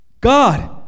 God